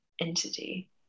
entity